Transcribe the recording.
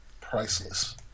Priceless